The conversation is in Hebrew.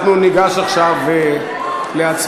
אנחנו ניגש עכשיו להצבעה.